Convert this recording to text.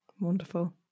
Wonderful